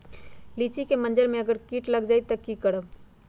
लिचि क मजर म अगर किट लग जाई त की करब?